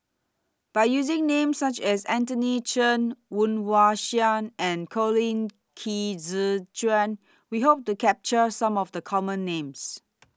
By using Names such as Anthony Chen Woon Wah Siang and Colin Qi Zhe Quan We Hope to capture Some of The Common Names